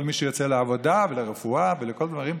כל מי שיוצא לעבודה ולרפואה ולכל הדברים,